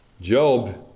Job